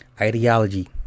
Ideology